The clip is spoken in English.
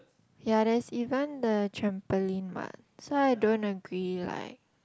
ya there's even the trampoline what so I don't agree like